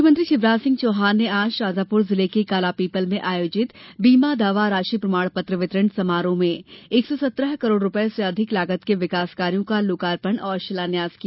मुख्यमंत्री शिवराज सिंह चौहान ने आज शाजापुर जिले के कालापीपल में आयोजित बीमा दावा राशि प्रमाण पत्र वितरण समारोह में एक सौ सत्रह करोड़ रूपये से अधिक लागत के विकास कार्यो का लोकार्पण और शिलान्यास किया